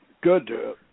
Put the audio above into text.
Good